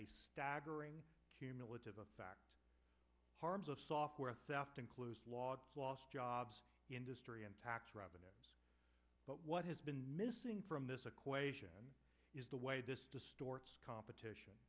a staggering cumulative effect harms of software theft includes lot lost jobs industry and tax revenue but what has been missing from this equation is the way this competition